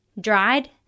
Dried